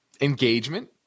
engagement